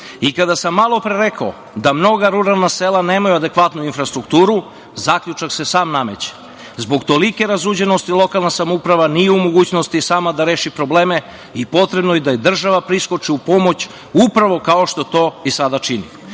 sam malopre rekao da mnoga ruralna sela nemaju adekvatnu infrastrukturu, zaključak se sam nameće, zbog tolike razuđenosti lokalna samouprava nije u mogućnosti sama da reši probleme i potrebno je da država priskoči u pomoć upravo kao što to i sada čini. Negde